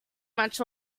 much